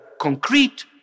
concrete